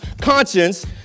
conscience